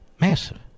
Massive